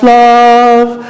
love